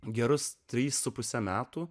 gerus trys su puse metų